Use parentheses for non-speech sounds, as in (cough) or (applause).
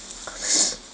(breath)